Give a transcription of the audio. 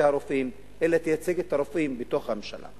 הרופאים אלא תייצג את הרופאים בתוך הממשלה.